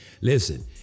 listen